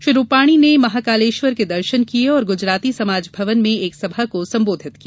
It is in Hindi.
श्री रूपाणी ने महाकालेश्वर के दर्शन किये और गुजराती समाज भवन में एक सभा को संबोधित किया